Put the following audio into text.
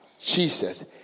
Jesus